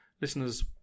listeners